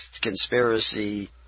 conspiracy